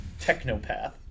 Technopath